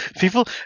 people